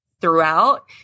throughout